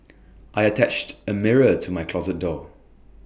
I attached A mirror to my closet door